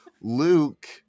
Luke